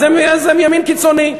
אז הם ימין קיצוני.